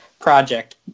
project